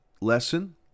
lesson